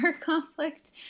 conflict